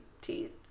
Teeth